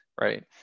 right